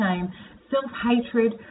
self-hatred